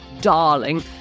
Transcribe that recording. darling